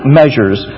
measures